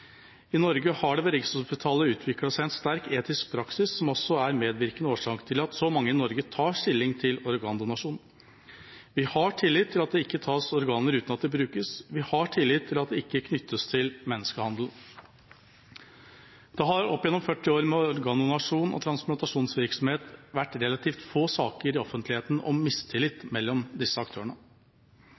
I Norge har det ved Rikshospitalet utviklet seg en sterk etisk praksis, som også er en medvirkende årsak til at så mange i Norge tar stilling til organdonasjon. Vi har tillit til at det ikke tas organer uten at de kan brukes, vi har tillit til at det ikke knyttes til menneskehandel. Det har opp gjennom 40 år med organdonasjon og transplantasjonsvirksomhet vært relativt få saker i offentligheten om mistillit mellom disse aktørene.